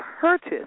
purchase